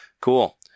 cool